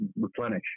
replenish